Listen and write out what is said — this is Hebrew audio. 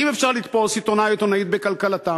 אם אפשר לתפוס עיתונאי או עיתונאית בקלקלתם,